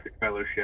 fellowship